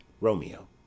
Romeo